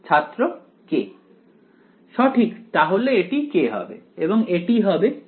ছাত্র k সঠিক তাহলে এটি k হবে এবং এটি হবে k dψdx